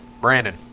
Brandon